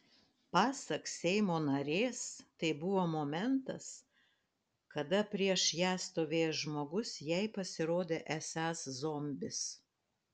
pasak seimo narės tai buvo momentas kada prieš ją stovėjęs žmogus jai pasirodė esąs zombis